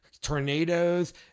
tornadoes